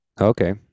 Okay